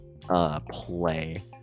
play